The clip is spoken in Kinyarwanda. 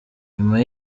nyuma